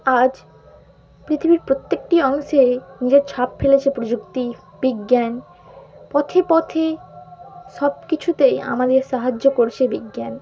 আজ পৃথিবীর প্রত্যেকটি অংশে নিজের ছাপ ফেলেছে প্রযুক্তি বিজ্ঞান পথে পথে সব কিছুতেই আমাদের সাহায্য করছে বিজ্ঞান